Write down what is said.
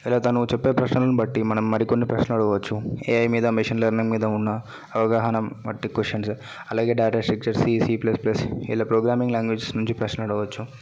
ఇలా తను చెప్పే ప్రశ్నలను బట్టి మనం మరికొన్ని ప్రశ్నలు అడగవచ్చు ఏఐ మీద మెషిన్ లెర్నింగ్ మీద ఉన్న అవగాహన బట్టి క్వశ్చన్స్ అలాగే data structures C C plus plus ఇలా ప్రోగ్రామింగ్ లాంగ్వేజస్ నుంచి ప్రశ్నలు అడగవచ్చు